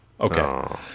Okay